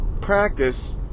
practice